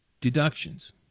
deductions